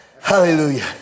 Hallelujah